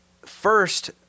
first